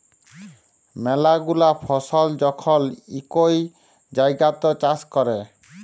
ম্যালা গুলা ফসল যখল ইকই জাগাত চাষ ক্যরে